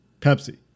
Pepsi